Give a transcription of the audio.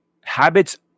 habits